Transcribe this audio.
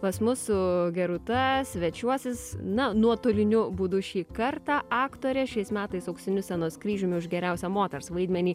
pas mus su gerūta svečiuosis na nuotoliniu būdu šį kartą aktorė šiais metais auksiniu scenos kryžiumi už geriausią moters vaidmenį